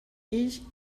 ich